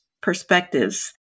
perspectives